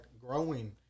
growing